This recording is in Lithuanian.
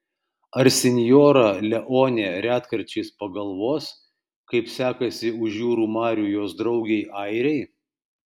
ar sinjora leonė retkarčiais pagalvos kaip sekasi už jūrų marių jos draugei airei